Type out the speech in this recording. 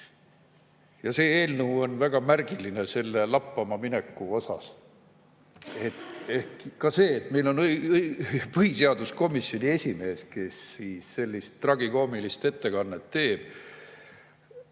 Ja see eelnõu on väga märgiline selle lappama mineku seisukohalt. Ehk ka see, et meil on põhiseaduskomisjoni esimees, kes sellist tragikoomilist ettekannet teeb.